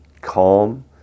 calm